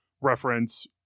reference